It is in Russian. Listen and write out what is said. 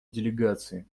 делегации